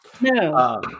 No